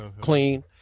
Clean